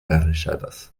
enreixades